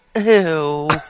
Ew